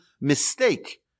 mistake